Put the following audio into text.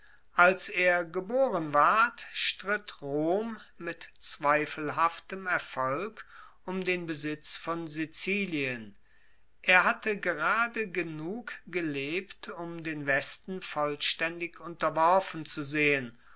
als er geboren ward stritt rom mit zweifelhaftem erfolg um den besitz von sizilien er hatte gerade genug gelebt um den westen vollstaendig unterworfen zu sehen